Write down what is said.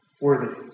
worthy